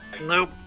Nope